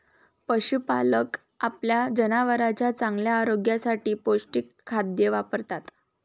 पशुपालक आपल्या जनावरांच्या चांगल्या आरोग्यासाठी पौष्टिक खाद्य वापरतात